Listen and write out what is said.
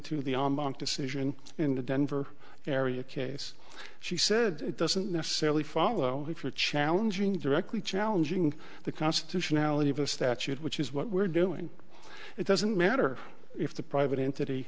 armont decision in the denver area case she said it doesn't necessarily follow if you're challenging directly challenging the constitutionality of a statute which is what we're doing it doesn't matter if the private entity